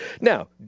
Now